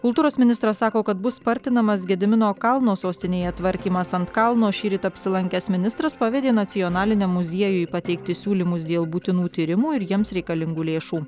kultūros ministras sako kad bus spartinamas gedimino kalno sostinėje tvarkymas ant kalno šįryt apsilankęs ministras pavedė nacionaliniam muziejui pateikti siūlymus dėl būtinų tyrimų ir jiems reikalingų lėšų